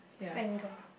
finger